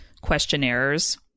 questionnaires